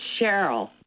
cheryl